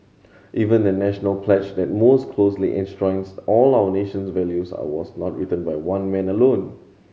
even the National pledge that most closely enshrines all of nation's values are was not written by one man alone